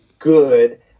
good